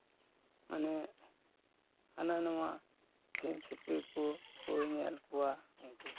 ᱢᱟᱱᱮ ᱦᱟᱱᱟ ᱱᱟᱣᱟ ᱥᱤᱢ ᱥᱩᱠᱨᱤ ᱠᱚᱭ ᱧᱮᱞ ᱠᱚᱣᱟ